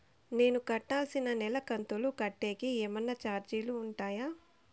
నేను కట్టాల్సిన నెల కంతులు కట్టేకి ఏమన్నా చార్జీలు ఉంటాయా?